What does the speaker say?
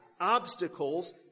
obstacles